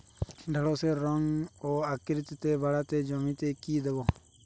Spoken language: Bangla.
ঢেঁড়সের রং ও আকৃতিতে বাড়াতে জমিতে কি দেবো?